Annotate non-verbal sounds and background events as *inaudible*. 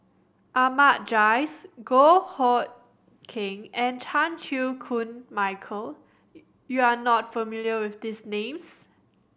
Ahmad Jais Goh Hood Keng and Chan Chew Koon Michael *unintelligible* you are not familiar with these names